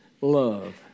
love